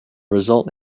result